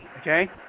okay